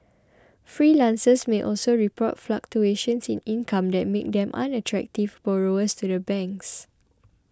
freelancers may also report fluctuations in income that make them unattractive borrowers to the banks